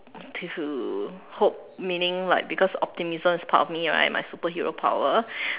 to hope meaning like because optimism is part of me right my superhero power